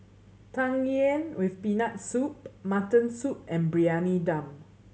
Tang Yuen with Peanut Soup mutton soup and Briyani Dum